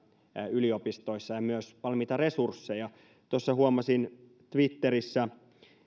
yliopistoissa ja myös valmiita resursseja tuossa huomasin twitterissä